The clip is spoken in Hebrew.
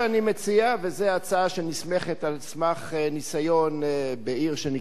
וזאת הצעה שנסמכת על ניסיון בעיר שנקראת רעננה,